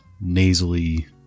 nasally